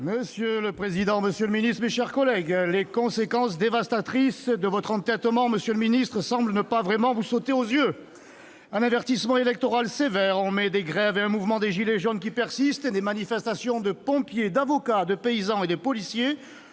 Monsieur le président, monsieur le secrétaire d'État, mes chers collègues, les conséquences dévastatrices de l'entêtement du Gouvernement semblent ne pas vraiment lui sauter aux yeux ! Un avertissement électoral sévère en mai, des grèves et un mouvement des « gilets jaunes » qui persistent, des manifestations de pompiers, d'avocats, de paysans et de policiers,